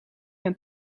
een